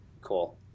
cool